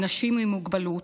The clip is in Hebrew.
אנשים עם מוגבלות,